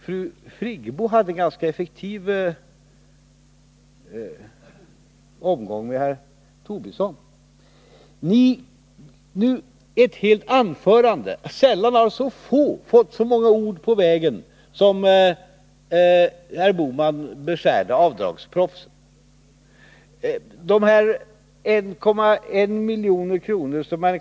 Fru Friggebo hade en ganska effektiv omgång med herr Tobisson i ett helt anförande. Och sällan har så få fått så många ord med på vägen som avdragsproffsen beskars av herr Bohman.